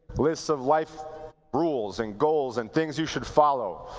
lists of life rules and goals and things you should follow.